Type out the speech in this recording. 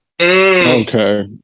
Okay